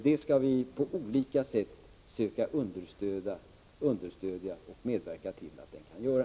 Det skall vi på olika sätt söka understödja och medverka till att skolan kan göra.